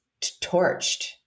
torched